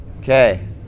Okay